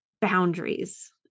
boundaries